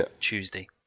Tuesday